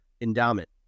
endowment